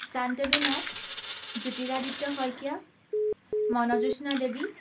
Shantanu Nath Jyotiraditya Saikia Monjyotsna Devi